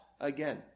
again